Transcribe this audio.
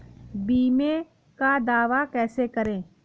बीमे का दावा कैसे करें?